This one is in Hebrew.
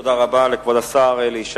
תודה רבה לכבוד השר אלי ישי.